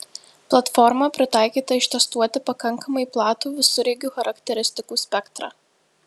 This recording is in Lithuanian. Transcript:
platforma pritaikyta ištestuoti pakankamai platų visureigių charakteristikų spektrą